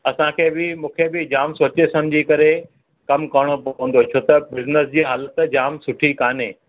असांखे बि मूंखे बि जाम सोचे समुझी करे कमु करणो पवंदो छो त बिज़नेस हालत जाम सुठी कान्हे